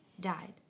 died